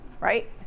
right